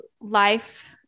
life